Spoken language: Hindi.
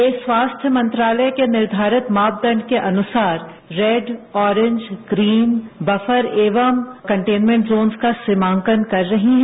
वे स्वास्थ्य मंत्रालय के निर्धारित मापदंडों के अनुसार रैड ऑरेंज ग्रीन बफर एवं कंटेन्मेंट जोन का सीमांकन कर रही हैं